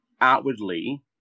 outwardly